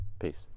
Peace